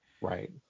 Right